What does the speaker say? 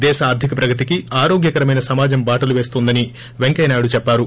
దేశ ఆర్గిక ప్రగతికి ఆరోగ్యకరమైన సమాజం బాటలు వేస్తుందని వెంకయ్య చెప్పారు